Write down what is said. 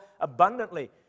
abundantly